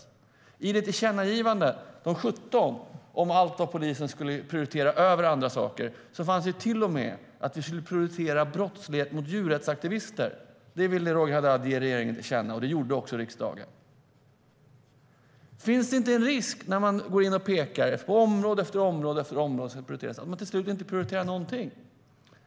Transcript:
I era 17 tillkännagivanden om allt som polisen ska prioritera över annat fanns till och med att brott mot djurrättsaktivister skulle prioriteras. Det ville Roger Haddad tillkännage för regeringen, och det gjorde också riksdagen. Finns det inte en risk när man går in på område efter område och prioriterar att man till slut inte prioriterar någonting?